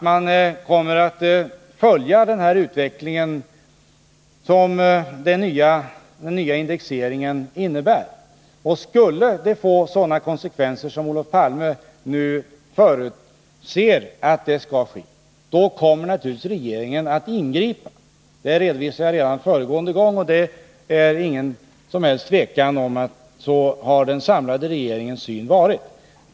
Vi kommer att följa den utveckling som den nya indexeringen innebär, och skulle resultatet bli sådana konsekvenser som Olof Palme nu förutser, då kommer naturligtvis regeringen att ingripa. Detta redovisade jag redan föregående gång, och det är ingen som helst tvekan om att så har den samlade regeringens syn varit.